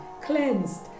cleansed